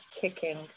kicking